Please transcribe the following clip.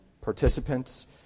participants